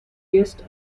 guest